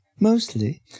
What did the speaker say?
Mostly